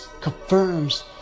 confirms